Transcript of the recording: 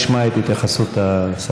כמו בתרבות שלום, גברתי